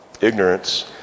ignorance